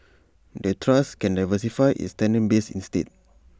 the trust can diversify its tenant base instead